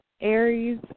Aries